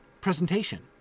presentation